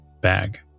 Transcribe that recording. bag